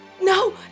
No